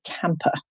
camper